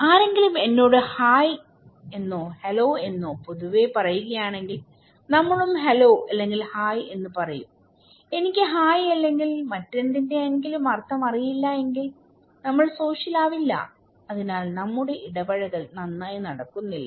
ആരെങ്കിലും എന്നോട് ഹായ് എന്നോ ഹലോ എന്നോ പൊതുവെ പറയുകയാണെങ്കിൽ നമ്മളും ഹലോ അല്ലെങ്കിൽ ഹായ് എന്ന് പറയും എനിക്ക് ഹായ് അല്ലെങ്കിൽ മറ്റെന്തെന്റെ എങ്കിലും അർത്ഥം അറിയില്ല എങ്കിൽ നമ്മൾ സോഷ്യൽ ആവില്ല അതിനാൽ നമ്മുടെ ഇടപഴകൽ നന്നായി നടക്കുന്നില്ല